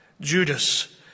Judas